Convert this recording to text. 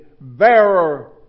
bearer